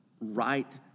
right